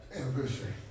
anniversary